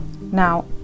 Now